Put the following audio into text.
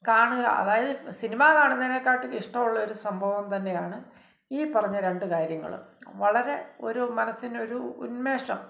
കാണുക അതായത് സിനിമ കാണുന്നതിനെക്കാട്ടിയും ഇഷ്ടം ഉള്ളൊരു സംഭവം തന്നെയാണ് ഈ പറഞ്ഞ രണ്ടു കാര്യങ്ങളും വളരെ ഒരു മനസ്സിനൊരു ഉന്മേഷം